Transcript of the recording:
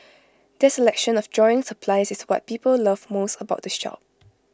their selection of drawing supplies is what people love most about the shop